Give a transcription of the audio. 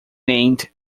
named